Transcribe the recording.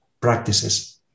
practices